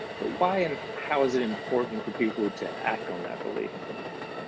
but why and how is it important for people to act on that belief?